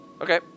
Okay